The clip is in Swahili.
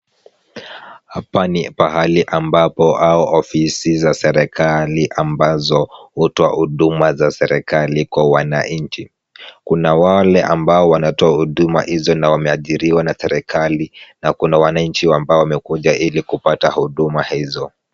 Hapa ni pahali ambapo au ofisi za serikali ambazo hutoa huduma za serikali kwa wananchi. Kuna wale ambao wanatoa huduma hizo na wameajiriwa na serikali na kuna wananchi ambao wamekuja ili kupata huduma hizo.